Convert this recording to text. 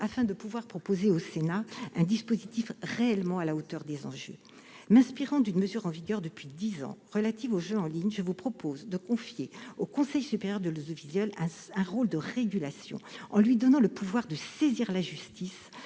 afin de pouvoir proposer au Sénat un dispositif réellement à la hauteur des enjeux. M'inspirant d'une mesure en vigueur depuis dix ans et relative aux jeux en ligne, je vous propose de confier au Conseil supérieur de l'audiovisuel un rôle de régulation, en lui donnant le pouvoir de saisir la justice